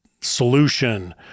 solution